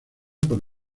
por